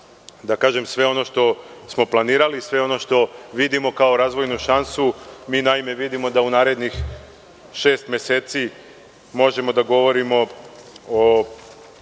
da kažem, sve ono što smo planirali, sve ono što vidimo kao razvojnu šansu. Mi vidimo da u narednih šest meseci možemo da pomognemo